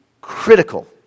critical